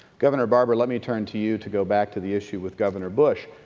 governor barbour, let me turn to you to go back to the issue with governor bush